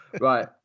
right